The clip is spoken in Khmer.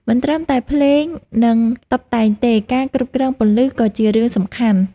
មិនត្រឹមតែភ្លេង និងតុបតែងទេ ការគ្រប់គ្រងពន្លឺក៏ជារឿងសំខាន់។